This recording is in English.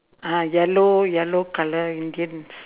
uh yellow yellow colour indians